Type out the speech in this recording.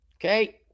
Okay